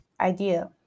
idea